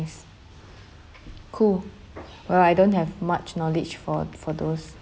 cool well I don't have much knowledge for for those